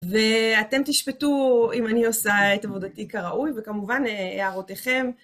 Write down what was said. ואתם תשפטו אם אני עושה את עבודתי כראוי, וכמובן הערותיכם.